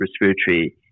respiratory